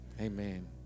Amen